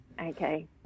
Okay